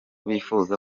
bifuza